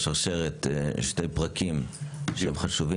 אז הבנו שבשרשרת יש שני פרקים חשובים,